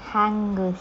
hangus